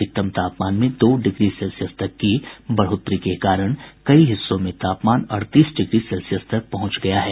अधिकतम तापमान में दो डिग्री सेल्सियस तक की बढ़ोतरी के कारण कई हिस्सों में तापमान अड़तीस डिग्री सेल्सियस तक पहुंच गया है